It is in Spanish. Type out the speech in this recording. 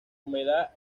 humedad